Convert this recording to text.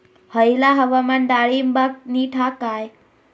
हयला हवामान डाळींबाक नीट हा काय?